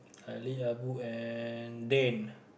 Ali Abu and Dan